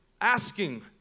asking